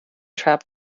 trap